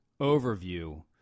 overview